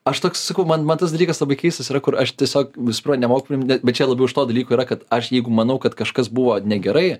aš toks sakau man man tas dalykas labai keistas yra kur aš tiesiog visų prima priimt bet bet čia labiau iš to dalyko yra kad aš jeigu manau kad kažkas buvo negerai